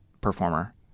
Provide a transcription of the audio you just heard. performer